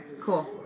cool